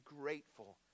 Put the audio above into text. grateful